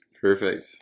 Perfect